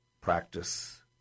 practice